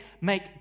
make